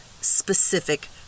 specific